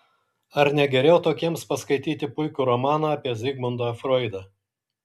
ar ne geriau tokiems paskaityti puikų romaną apie zigmundą froidą